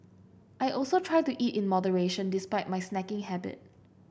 I also try to eat in moderation despite my snacking habit